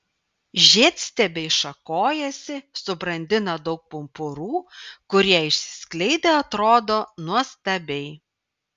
žiedstiebiai šakojasi subrandina daug pumpurų kurie išsiskleidę atrodo nuostabiai